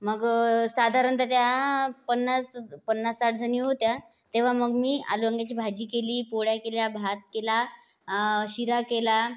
मग साधारणत त्या पन्नास पन्नाससाठ जणी होत्या तेव्हा मग मी आलूवांग्याची भाजी केली पोळ्या केल्या भात केला शिरा केला